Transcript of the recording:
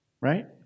right